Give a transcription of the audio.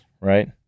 right